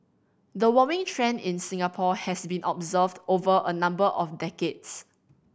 the warming trend in Singapore has been observed over a number of decades